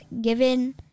given